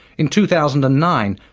in two thousand and nine,